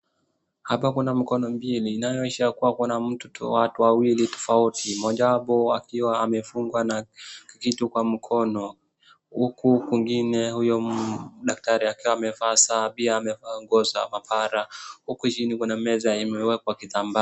Hapa kuna mkono mbili inayoonyesha kuwa kuna mtu, watu wawili tofauti. Mojawapo akiwa amefugwa na kitu kwa mkono huku kwingine huyo daktari akiwa amevaa saa pia amevaa nguo za mahabara. Huku chini kuna meza imewekwa kitambaa.